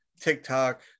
TikTok